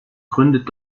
gründet